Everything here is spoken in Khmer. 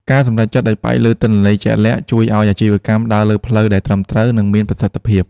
ការសម្រេចចិត្តដោយផ្អែកលើទិន្នន័យជាក់លាក់ជួយឱ្យអាជីវកម្មដើរលើផ្លូវដែលត្រឹមត្រូវ និងមានប្រសិទ្ធភាព។